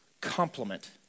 complement